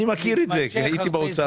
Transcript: אני מכיר את זה, הייתי באוצר.